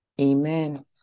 Amen